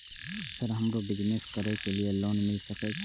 Sir हमरो business करके ली ये लोन मिल सके छे?